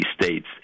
states